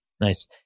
Nice